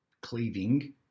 cleaving